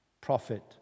prophet